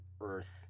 earth